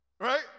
Right